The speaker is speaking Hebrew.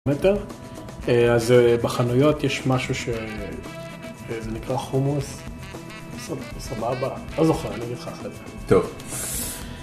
אז בחנויות יש משהו שזה נקרא חומוס... סבבה? לא זוכר, אני אגיד לך אחרי זה. טוב.